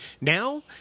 Now